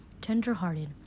tenderhearted